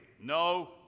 no